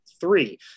three